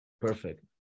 Perfect